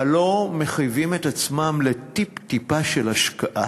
אבל לא מחייבים את עצמם לטיפ-טיפה של השקעה.